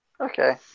Okay